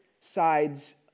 sides